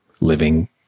living